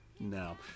No